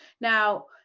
Now